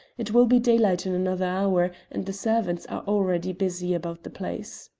it will be daylight in another hour, and the servants are already busy about the place.